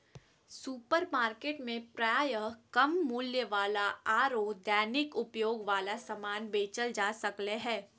supermarket में प्रायः कम मूल्य वाला आरो दैनिक उपयोग वाला समान बेचल जा सक्ले हें